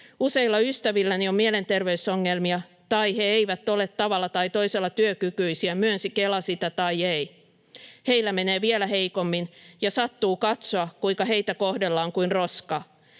Useilla ystävilläni on mielenterveysongelmia tai he eivät ole tavalla tai toisella työkykyisiä, myönsi Kela sitä tai ei. Heillä menee vielä heikommin, ja sattuu katsoa, kuinka heitä kohdellaan kuin roskaa.